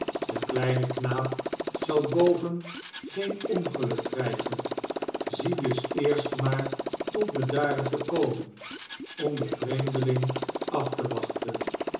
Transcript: de kleine knaap zal boven geen ongeluk krijgen zie dus eerst maar tot bedaren te komen om den vreemdeling af te wachten